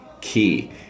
key